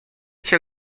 cię